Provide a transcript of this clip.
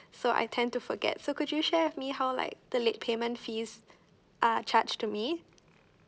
so I tend to forget so could you share with me how like the late payment fee are charged to me